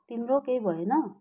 तिम्रो केही भएन